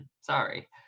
sorry